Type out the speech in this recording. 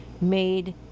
made